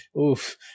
oof